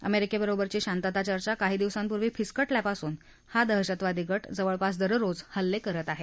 अमेरिकेबरोबरची शांतता चर्चा काही दिवसांपूर्वी फिसकटल्यापासून हा दहशतवादी गट जवळपास दररोज हल्ले करत आहे